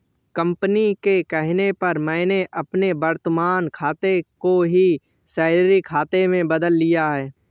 company के कहने पर मैंने अपने वर्तमान खाते को ही सैलरी खाते में बदल लिया है